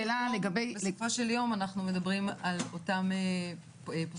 בסופו של יום אנחנו מדברים על אותם פוסקים